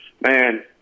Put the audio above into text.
man